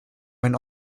went